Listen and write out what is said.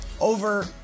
over